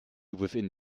within